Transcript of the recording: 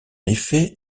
effet